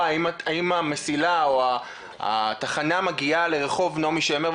האם המסילה או התחנה מגיעה לרחוב נעמי שמר,